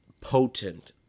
potent